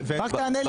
רק תענה לי.